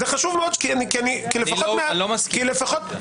לא מסכים.